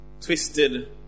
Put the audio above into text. Twisted